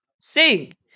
sing